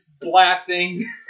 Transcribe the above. blasting